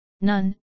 None